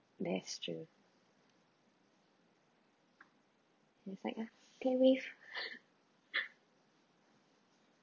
that's true it's like uh paywave